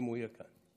אם הוא יהיה כאן.